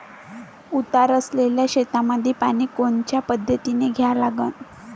उतार असलेल्या शेतामंदी पानी कोनच्या पद्धतीने द्या लागन?